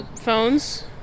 phones